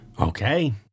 Okay